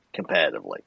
competitively